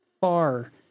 far